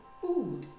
food